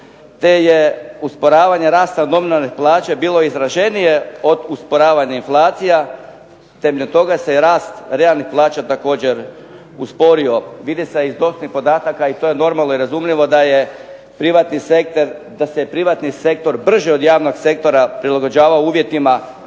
te je usporavanje rasta od nominalne plaće bilo izraženije od usporavanja inflacija. Temeljem toga se rast realnih plaća također usporio. … /Govornik se ne razumije./… i to je normalno i razumljivo da se privatni sektor brže od javnog sektora prilagođava uvjetima